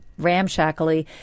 ramshackly